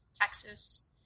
Texas